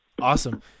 Awesome